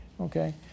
Okay